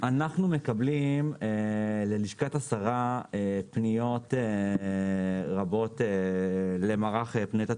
אנחנו מקבלים ללשכת השרה פניות רבות למערך פניות הציבור,